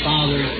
Father